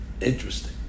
Interesting